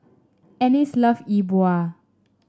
Ennis love Yi Bua